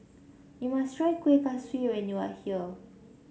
you must try Kueh Kaswi when you are here